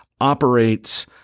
operates